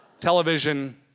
Television